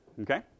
okay